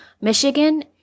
Michigan